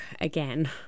again